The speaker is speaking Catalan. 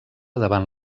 davant